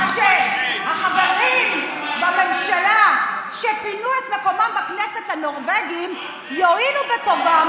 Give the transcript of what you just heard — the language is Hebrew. אז שהחברים בממשלה שפינו את מקומם בכנסת לנורבגים יואילו בטובם